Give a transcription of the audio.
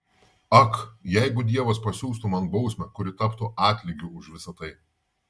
ak jeigu dievas pasiųstų man bausmę kuri taptų atlygiu už visa tai